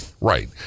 Right